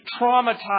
traumatized